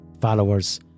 followers